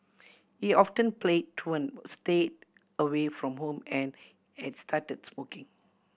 he often play truant stayed away from home and has started smoking